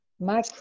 my-